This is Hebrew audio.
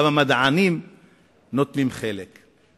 גם המדענים נוטלים בהן חלק.